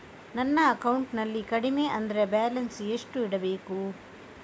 ನನ್ನ ಅಕೌಂಟಿನಲ್ಲಿ ಕಡಿಮೆ ಅಂದ್ರೆ ಬ್ಯಾಲೆನ್ಸ್ ಎಷ್ಟು ಇಡಬೇಕು?